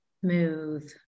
Smooth